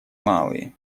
малые